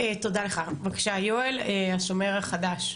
תודה לך, בבקשה, יואל, השומר החדש.